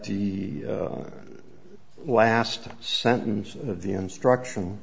the last sentence of the instruction